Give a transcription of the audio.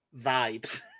vibes